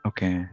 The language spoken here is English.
Okay